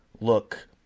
look